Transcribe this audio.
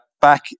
back